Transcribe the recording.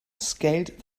scaled